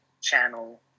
channel